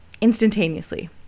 instantaneously